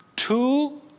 Two